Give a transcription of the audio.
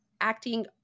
acting